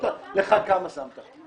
כמה שמת לך?